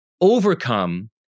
overcome